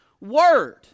Word